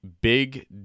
big